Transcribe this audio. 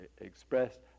expressed